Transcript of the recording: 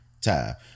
time